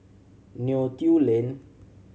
Neo Tiew Lane